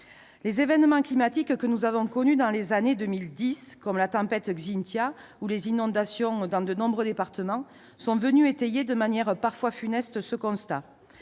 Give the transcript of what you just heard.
Les événements climatiques que nous avons connus dans les années 2010, comme la tempête Xynthia où les inondations dans de nombreux départements, sont venus étayer de manière parfois funeste ce constat.